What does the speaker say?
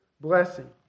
blessing